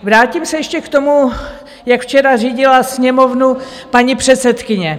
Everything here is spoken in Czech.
Vrátím se ještě k tomu, jak včera řídila Sněmovnu paní předsedkyně.